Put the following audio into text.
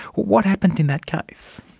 what happened in that case?